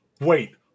wait